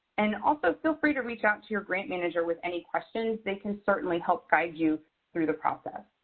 and also feel free to reach out to your grant manager with any questions. they can certainly help guide you through the process.